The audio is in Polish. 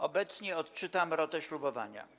Obecnie odczytam rotę ślubowania.